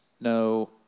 no